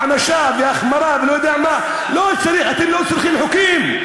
הענשה והחמרה ואני לא יודע מה אתם לא צריכים חוקים,